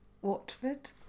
Watford